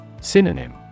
Synonym